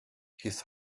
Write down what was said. his